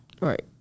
Right